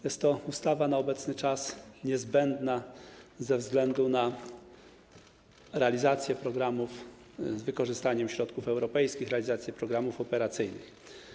Jest to ustawa na obecny czas niezbędna ze względu na realizację programów z wykorzystaniem środków europejskich, realizację programów operacyjnych.